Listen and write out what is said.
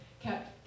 kept